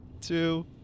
two